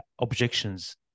objections